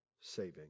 Saving